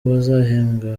bazahembwa